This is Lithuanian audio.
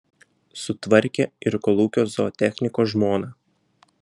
sutvarkė ir kolūkio zootechniko žmoną